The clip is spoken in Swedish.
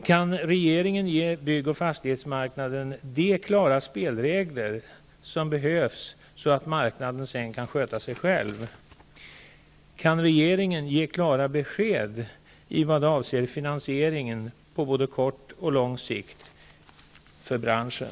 Kan regeringen ge bygg och fastighetsmarknaden de klara spelregler som behövs, så att marknaden sedan kan sköta sig själv? Kan regeringen ge klara besked när det gäller finansieringen på både kort och lång sikt för branschen?